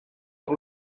por